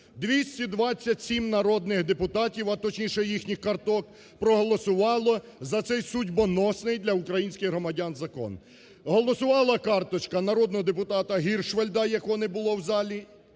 227 народних депутатів, а точніше, їхніх карток проголосували за цей судьбоносний для українських громадян закон. Голосувала карточка народного депутата Гіршфельда, якого не було в залі.